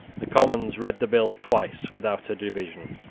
the commons read the bill twice without a division,